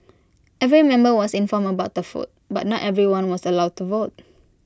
every member was informed about the foot but not everyone was allowed to vote